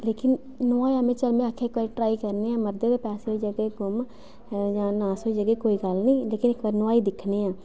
लोकिन नुआया में चल इक बारी ट्राई करने आं मरदे न अगर पेसे होई जाह्ङन गुम नाश होई जाह्गङन में कोई गल्ल नी इक बारी नुआई दिक्खने आं